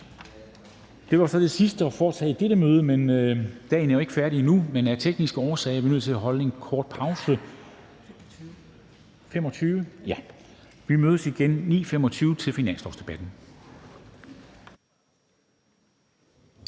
Det var så det sidste, der var at foretage i dette møde, men dagen er jo ikke færdig endnu. Men af tekniske årsager er vi nødt til at holde en kort pause. Folketingets næste